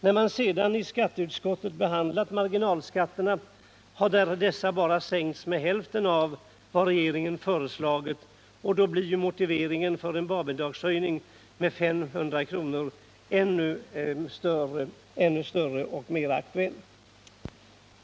När man sedan i skatteutskottet behandlar marginalskatterna har dessa bara sänkts med hälften av vad regeringen föreslagit. Då blir ju motiveringen för en barnbidragshöjning med 500 kr. ännu större och mer aktuell.